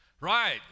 right